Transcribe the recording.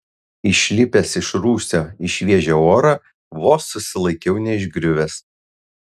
išlipęs iš rūsio į šviežią orą vos susilaikiau neišgriuvęs